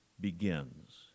begins